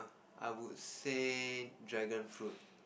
I would say dragonfruit